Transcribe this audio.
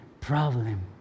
problem